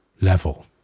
level